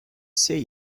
see